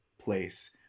place